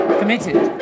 committed